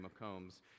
McCombs